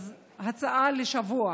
אז ההצעה היא לשבוע,